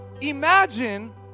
imagine